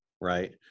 right